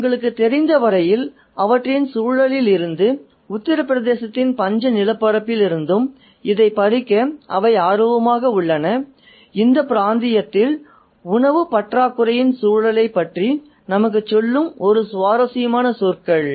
உங்களுக்குத் தெரிந்த வரையில் அவற்றின் சூழலிலிருந்தும் உத்தரபிரதேசத்தின் பஞ்ச நிலப்பரப்பிலிருந்தும் இதைப் பறிக்க அவை ஆர்வமாக உள்ளன இந்த பிராந்தியத்தில் உணவு பற்றாக்குறையின் சூழலைப் பற்றி நமக்குச் சொல்லும் ஒரு சுவாரஸ்யமான சொற்கள்